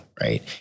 Right